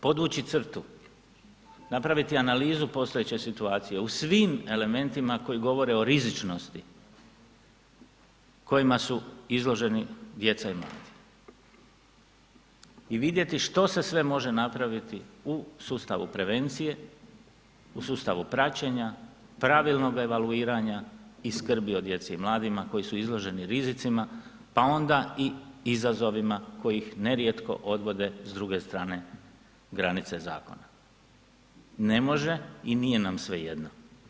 podvući crtu, napraviti analizu postojeće situacije u svim elementima koji govore o rizičnosti, kojima su izloženi djeca i mladi i vidjeti što se sve može napraviti u sustavu prevencije, u sustavu praćenja, pravilnog evoluiranja i skrbi o djeci i mladima koji su izloženi rizicima, pa onda i izazovima koji ih nerijetko odvode s druge strane granice zakona, ne može i nije nam svejedno.